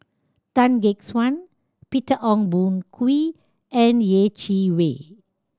Tan Gek Suan Peter Ong Boon Kwee and Yeh Chi Wei